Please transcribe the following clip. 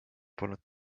polnud